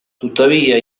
tuttavia